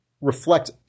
reflect